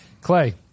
Clay